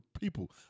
people